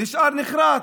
נשאר נחרץ,